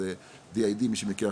BID מי שמכיר,